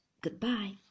Goodbye